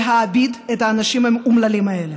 להעביד את האנשים האומללים האלה.